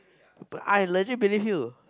but I legit believe you